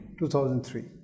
2003